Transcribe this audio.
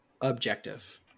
objective